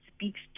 speaks